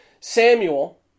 Samuel